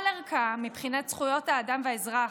כל ערכה, מבחינת זכויות האדם והאזרח,